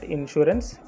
Insurance